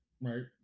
right